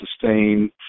sustain